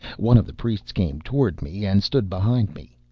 one of the priests came towards me and stood behind me.